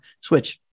switch